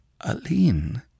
Aline